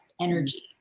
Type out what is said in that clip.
energy